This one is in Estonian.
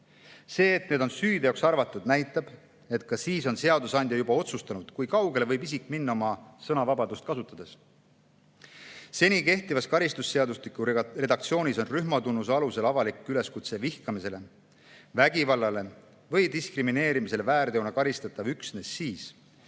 See, et need on süüteoks arvatud, näitab, et seadusandja on juba otsustanud, kui kaugele võib isik oma sõnavabadust kasutades minna. Seni kehtivas karistusseadustiku redaktsioonis on rühmatunnuse alusel avalik üleskutse vihkamisele, vägivallale või diskrimineerimisele väärteona karistatav üksnes siis,